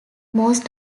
most